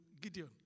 Gideon